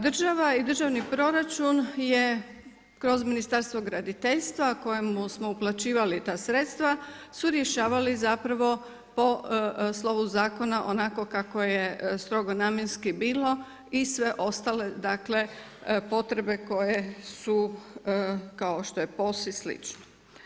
Država i državni proračun je kroz Ministarstvo graditeljstva kojemu smo uplaćivali ta sredstva su rješavali po slovu zakona onako kako je strogo namjenski bilo i sve ostale, dakle potrebe koje su, kao što je … i slično.